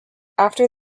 after